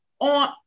on